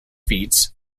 feeds